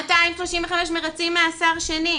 235 מרצים מאסר שני,